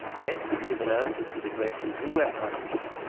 that could give an answer to the question you were asking,